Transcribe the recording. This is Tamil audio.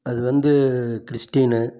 அது வந்து கிறிஸ்டீன்னு